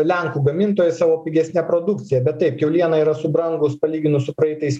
lenkų gamintojai savo pigesne produkcija bet taip kiauliena yra subrangus palyginus su praeitais